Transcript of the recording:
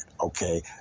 okay